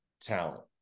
talent